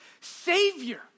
Savior